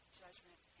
judgment